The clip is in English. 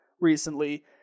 recently